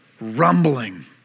rumbling